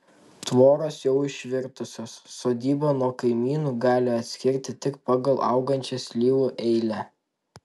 tvoros jau išvirtusios sodybą nuo kaimynų gali atskirti tik pagal augančią slyvų eilę